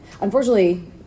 unfortunately